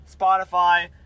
Spotify